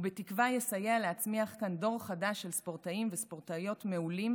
ובתקווה אף יסייע להצמיח דור חדש של ספורטאים וספורטאיות מעולים,